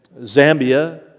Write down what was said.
Zambia